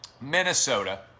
Minnesota